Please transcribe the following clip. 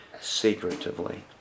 secretively